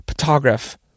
photograph